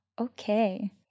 okay